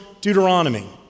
Deuteronomy